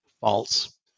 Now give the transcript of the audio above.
false